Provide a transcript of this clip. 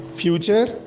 future